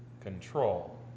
control